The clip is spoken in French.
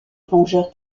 plongeurs